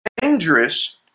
dangerous